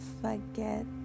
Forget